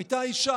הייתה אישה,